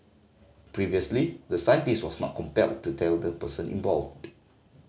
previously the scientist was not compelled to tell the person involved